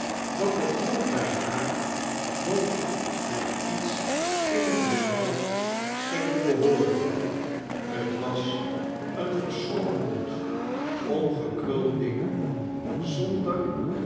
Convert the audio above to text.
dat het noch bij haar noch bij iets in het heelal scheen te behooren t was een verschrompeld omgekruld ding zonder